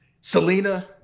Selena